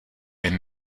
jen